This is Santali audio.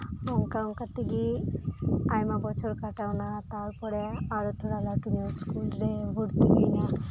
ᱚᱱᱠᱟ ᱚᱱᱠᱟ ᱛᱮᱜᱮ ᱟᱭᱢᱟ ᱵᱚᱪᱷᱚᱨ ᱠᱟᱴᱟᱣᱮᱱᱟ ᱛᱟᱨᱯᱚᱨᱮ ᱟᱨ ᱛᱷᱚᱲᱟ ᱞᱟᱹᱴᱩᱧᱚᱜ ᱤᱥᱠᱩᱞ ᱨᱮᱧ ᱵᱷᱚᱨᱛᱤᱭᱮᱱᱟ